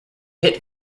hit